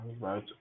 right